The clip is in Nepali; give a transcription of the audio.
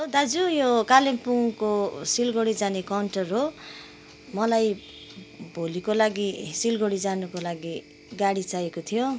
दाजु यो कालिम्पोङको सिलगडी जाने काउन्टर हो मलाई भोलिको लागि सिलगडी जानुको लागि गाडी चाहिएको थियो